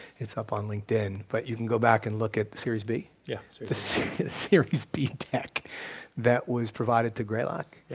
it's up on linkedin, but you can go back and look at series b. yeah so the so series b deck that was provided to greylock. yeah